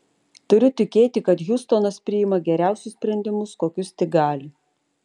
turiu tikėti kad hiustonas priima geriausius sprendimus kokius tik gali